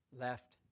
left